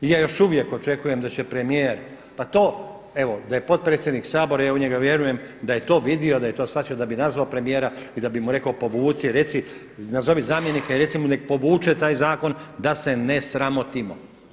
I ja još uvijek očekujem da će premijer, pa to evo da je potpredsjednik Sabora ja u njega vjerujem da je to vidio i da je to shvatio da bi nazvao premijera i da bi mu rekao povuci, reci, nazovi zamjenika i reci mu neka povuče taj zakon da se ne sramotimo.